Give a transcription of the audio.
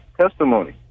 testimony